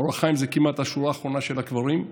אור החיים זה כמעט השורה האחרונה של הקברים,